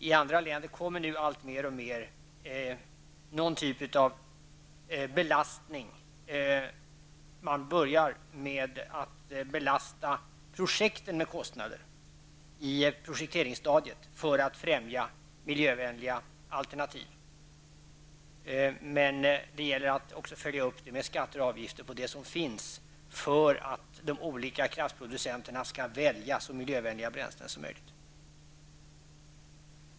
I andra länder kommer nu allt mer och mer någon typ av belastning. Man börjar med att belasta projekten med kostnader i projekteringsstadiet för att främja miljövänliga alternativ. Men det gäller att också med skatter och avgifter följa upp det som finns för att de olika kraftproducenterna skall välja så miljövänliga bränslen som möjligt.